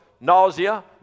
nausea